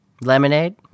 Lemonade